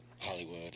Hollywood